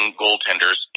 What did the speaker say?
goaltenders